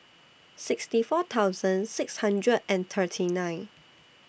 sixty four thousand six hundred and thirty nine